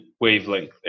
wavelength